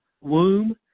womb